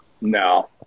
no